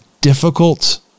difficult